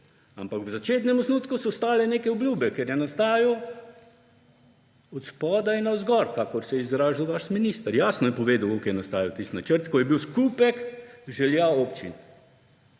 Ampak v začetnem osnutku so stale neke obljube, ker je nastajal od spodaj navzgor, kakor se je izrazil vaš minister. Jasno je povedal, kako je nastajal tisti načrt, ki je bil skupek želja občin.